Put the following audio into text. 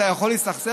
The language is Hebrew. אתה יכול להסתכסך,